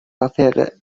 affaires